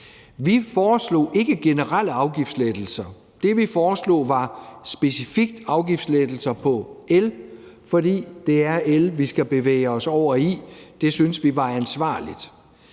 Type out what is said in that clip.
Vi foreslog ikke generelle afgiftslettelser. Det, vi foreslog, var specifikt afgiftslettelser på el, fordi det er el, vi skal bevæge os over i. Det syntes vi var ansvarligt.